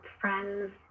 friends